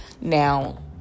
Now